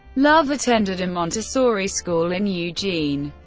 love attended a montessori school in eugene,